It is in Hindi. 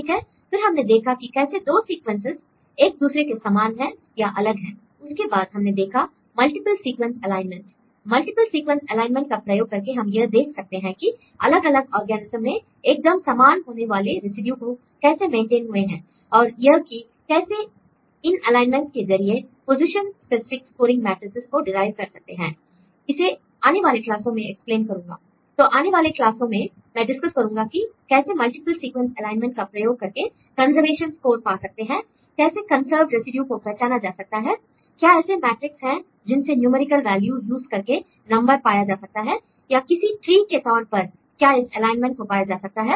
ठीक हैl फिर हमने देखा कि कैसे दो सीक्वेंसेस एक दूसरे के समान हैं या अलग हैं l उसके बाद हमने देखा multiple sequence alignment l multiple sequence alignment का प्रयोग करके हम यह देख सकते हैं कि अलग अलग ऑर्गेनिज्म में एकदम समान वाले होने वाले रेसिड्यू कैसे मेंटेन हुए हैं l और यह कि कैसे इन एलाइनमेंट के जरिए पोजीशन स्पेसिफिक स्कोरिंग मैट्रिसेस को डिराईव कर सकते हैं इसे आने वाले क्लासों में एक्सप्लेन करूंगा l तो आने वाले क्लासों में मैं डिसकस करूंगा कि कैसे मल्टीप्ल सीक्वेंस एलाइनमेंट का प्रयोग करके कंजर्वेशन स्कोर पाया जा सकता है कैसे कंसर्व्ड रेसिड्यू को पहचाना जा सकता है l क्या ऐसे मैट्रिक्स हैं जिनसे न्यूमेरिकल वैल्यू यूज़ करके नंबर पाया जा सकता है l या किसी ट्री के तौर पर क्या इस एलाइनमेंट को पाया जा सकता है